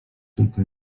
tylko